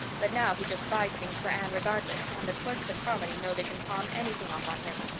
but now he just buys things for anne regardless, and the clerks at carmody know they can palm anything off on him.